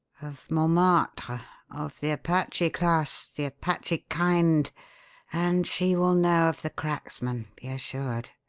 of montmartre of the apache class, the apache kind and she will know of the cracksman, be assured.